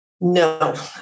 no